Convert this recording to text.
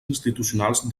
institucionals